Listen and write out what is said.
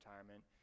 retirement